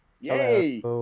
Yay